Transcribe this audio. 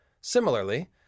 Similarly